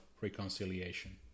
reconciliation